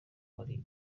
muri